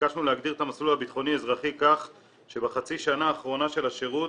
ביקשנו להגדיר את המסלול הביטחוני אזרחי כך שבחצי שנה האחרונה של השירות